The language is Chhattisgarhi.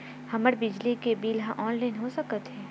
हमर बिजली के बिल ह ऑनलाइन हो सकत हे?